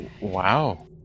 Wow